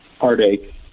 heartache